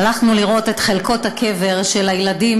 הלכנו לראות את חלקות הקבר של הילדים